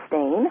stain